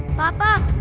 papa.